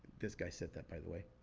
this guy said that by the way.